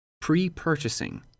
Pre-Purchasing